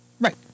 Right